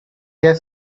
their